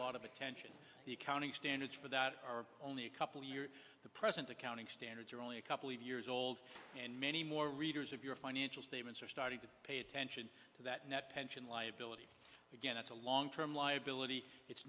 lot of attention the accounting standards for that are only a couple years the present accounting standards are only a couple of years old and many more readers of your financial statements are starting to pay attention to that net pension liability again it's a long term liability it's